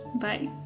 Bye